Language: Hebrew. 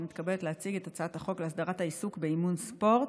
אני מתכבדת להציג את הצעת חוק להסדרת העיסוק באימון ספורט.